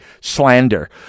slander